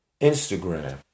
Instagram